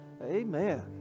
Amen